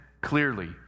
clearly